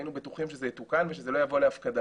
היינו בטוחים שזה יתוקן ושזה לא יבוא להפקדה.